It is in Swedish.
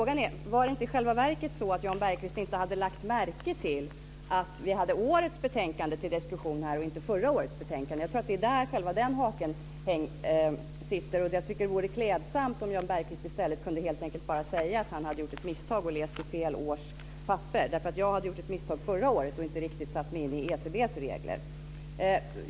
Var det inte i själva verket så att Jan Bergqvist inte hade lagt märke till att vi har årets betänkande till diskussion och inte förra årets? Jag tror att det är det som är haken. Det vore klädsamt om Jan Bergqvist kunde säga att han helt enkelt gjort ett misstag och läst fel års papper. Jag hade gjort ett misstag förra året och inte riktigt satt mig in i ECB:s regler.